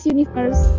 Universe